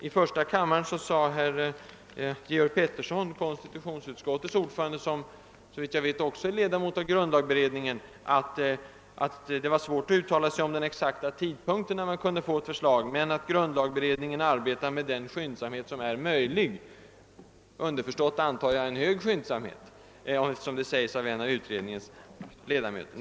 I första kammaren sade konstitutionsutskottets ordförande, herr Georg Pettersson, som såvitt jag vet också är ledamot av grundlagberedningen, att det var svårt att uttala sig om den exakta tidpunkten när man kunde få ett förslag men att grundlagberedningen arbetar med den skyndsamhet som är möjlig — underförstått en hög grad av skyndsamhet, får man väl anta, eftersom det sägs av en av utredningens ledamöter.